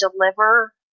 deliver